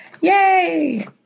Yay